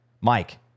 Mike